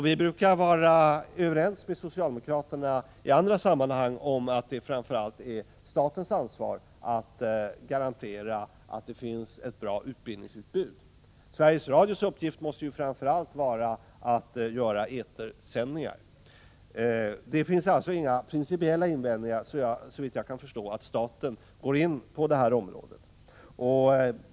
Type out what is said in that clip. Vi brukar i andra sammanhang vara överens med socialdemokraterna om att det framför allt är statens ansvar att garantera att det finns ett bra utbildningsutbud. Sveriges Radios uppgift måste i första hand vara att göra etersändningar. Det finns alltså, såvitt jag kan förstå, inga principiella invändningar mot att staten går in på detta område.